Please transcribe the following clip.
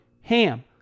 HAM